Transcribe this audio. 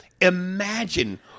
imagine